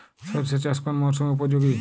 সরিষা চাষ কোন মরশুমে উপযোগী?